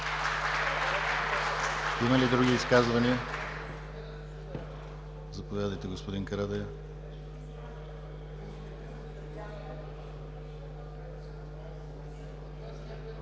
Има ли други изказвания? Заповядайте, господин Карадайъ.